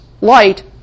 light